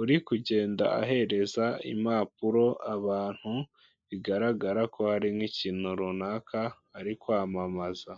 uri kugenda ahereza impapuro abantu, bigaragara ko hari nk'ikintu runaka ari kwamamaza.